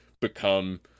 become